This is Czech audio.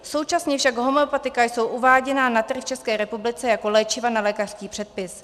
Současně však homeopatika jsou uváděna na trh v České republice jako léčiva na lékařský předpis.